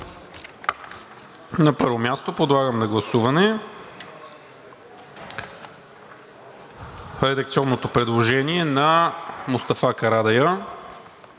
На първо място подлагам на гласуване редакционното предложение на Мустафа Карадайъ,